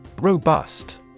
Robust